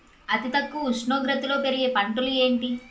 అతి తక్కువ ఉష్ణోగ్రతలో పెరిగే పంటలు ఏంటి?